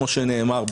כמו שנאמר,